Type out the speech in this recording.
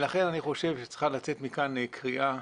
לכן אני חושב שצריכה לצאת מכאן קריאה